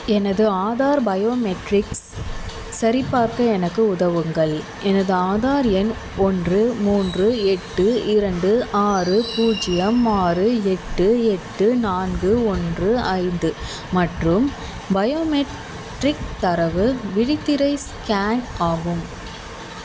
எனது ஆதார் பயோமெட்ரிக்ஸ் சரிபார்க்க எனக்கு உதவுங்கள் எனது ஆதார் எண் ஒன்று மூன்று எட்டு இரண்டு ஆறு பூஜ்ஜியம் ஆறு எட்டு எட்டு நான்கு ஒன்று ஐந்து மற்றும் பயோமெட்ரிக் தரவு விழித்திரை ஸ்கேன் ஆகும்